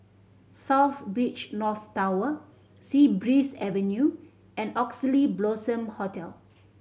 South Beach North Tower Sea Breeze Avenue and Oxley Blossom Hotel